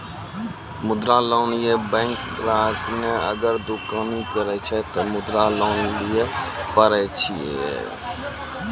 मुद्रा लोन ये बैंक ग्राहक ने अगर दुकानी करे छै ते मुद्रा लोन लिए पारे छेयै?